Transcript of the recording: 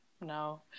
No